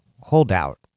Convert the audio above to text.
holdout